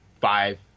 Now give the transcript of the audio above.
five